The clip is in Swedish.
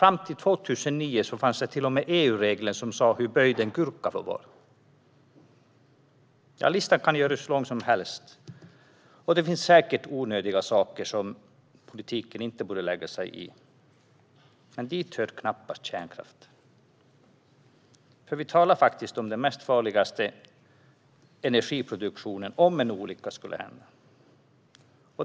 Fram till 2009 fanns det till och med EU-regler som angav hur böjd en gurka får vara. Listan kan göras hur lång som helst. Det finns säkert saker som politiken inte borde lägga sig i, men dit hör knappast kärnkraft. Vi talar faktiskt om den farligaste energiproduktionen om en olycka skulle hända.